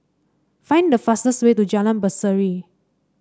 find the fastest way to Jalan Berseri